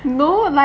no like